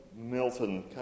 Milton